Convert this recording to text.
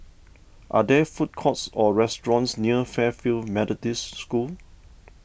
are there food courts or restaurants near Fairfield Methodist School